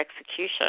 execution